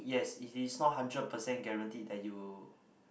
yes it is not hundred percent guaranteed that you